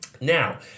Now